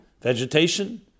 vegetation